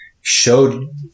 showed